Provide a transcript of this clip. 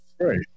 Right